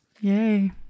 Yay